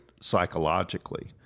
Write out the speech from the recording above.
psychologically